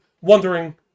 wondering